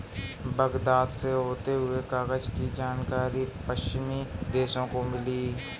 Baghdad से होते हुए कागज की जानकारी पश्चिमी देशों को मिली